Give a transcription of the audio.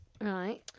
Right